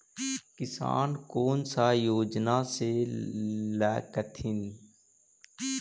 किसान कोन सा योजना ले स कथीन?